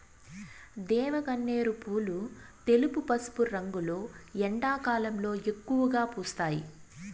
దేవగన్నేరు పూలు తెలుపు, పసుపు రంగులో ఎండాకాలంలో ఎక్కువగా పూస్తాయి